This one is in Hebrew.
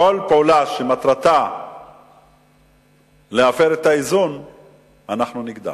כל פעולה שמטרתה להפר את האיזון אנחנו נגדע.